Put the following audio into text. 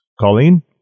Colleen